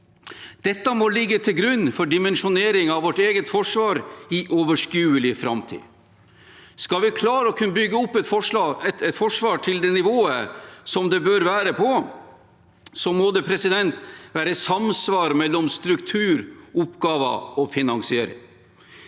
Dette må ligge til grunn for dimensjoneringen av vårt eget forsvar i overskuelig framtid. Skal vi klare å bygge opp et forsvar til det nivået som det bør være på, må det være samsvar mellom struktur, oppgaver og finansiering.